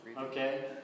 Okay